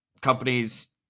Companies